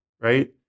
right